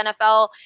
NFL